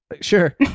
Sure